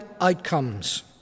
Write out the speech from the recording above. outcomes